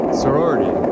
sorority